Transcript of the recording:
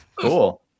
Cool